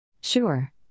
Sure